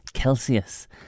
Celsius